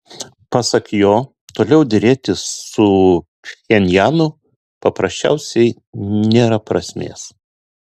pasak jo toliau derėtis su pchenjanu paprasčiausiai nėra prasmės